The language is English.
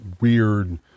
weird